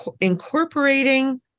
incorporating